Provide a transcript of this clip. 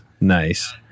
nice